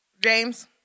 James